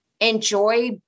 enjoy